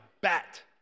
bat